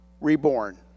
reborn